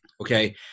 Okay